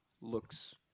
looks